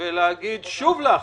ושוב להכריז.